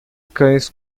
cães